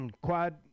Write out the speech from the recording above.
Quad